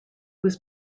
was